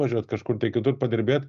važiuot kažkur kitur padirbėt